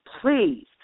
please